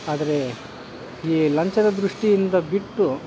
ಆದರೆ ಈ ಲಂಚದ ದೃಷ್ಟಿಯಿಂದ ಬಿಟ್ಟು